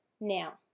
now